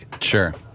Sure